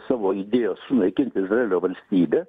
savo sunaikint sunaikinti izraelio valstybę